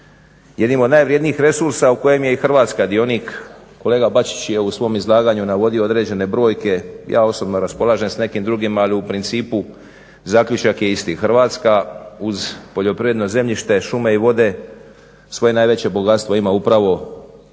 jednim od najvrednijih resursa u kojem je i Hrvatska dionik. Kolega Bačić je u svom izlaganju navodio određene brojke, ja osobno raspolažem s nekim drugim ali u principu zaključak je isti, Hrvatska uz poljoprivredno zemljište, šume i vode svoje najveće bogatstvo ima upravo u